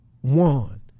one